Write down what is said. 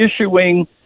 issuing